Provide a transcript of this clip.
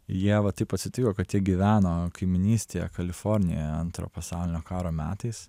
jie va taip atsitiko kad jie gyveno kaimynystėje kalifornijoje antro pasaulinio karo metais